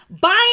buying